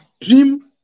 dream